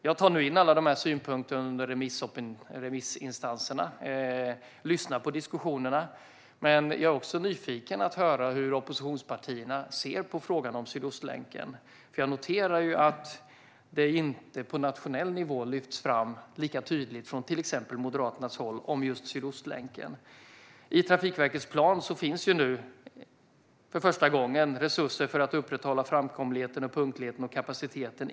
Jag tar nu in alla synpunkter från remissinstanserna och lyssnar på diskussionerna, men jag är också nyfiken på att höra hur oppositionspartierna ser på frågan om Sydostlänken. Jag noterar att Sydostlänken inte lyfts fram lika tydligt på nationell nivå från till exempel Moderaternas håll. I Trafikverkets plan finns nu för första gången resurser för att upprätthålla framkomligheten, punktligheten och kapaciteten.